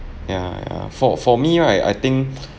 ya ya for for me right I think